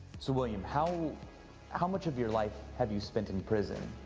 so, william, how how much of your life have you spent in prison?